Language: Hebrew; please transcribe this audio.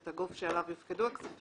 את הגוף שעליו יופקדו הכספים,